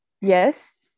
yes